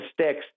sticks